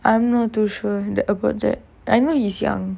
I'm not too sure about that I know he's young